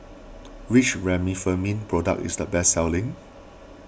which Remifemin product is the best selling